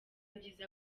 byiza